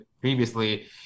previously